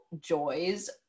joys